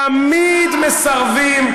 תמיד מסרבים,